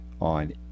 on